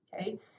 okay